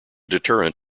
deterrent